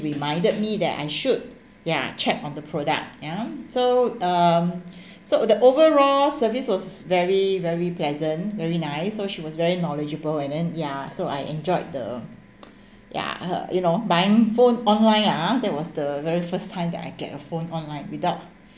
reminded me that I should ya check on the product you know so um so the overall service was very very pleasant very nice so she was very knowledgeable and then ya so I enjoyed the ya her you know buying phone online ah there was the very first time that I get a phone online without